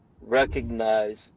recognize